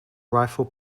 rifle